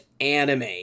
Anime